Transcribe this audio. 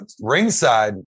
ringside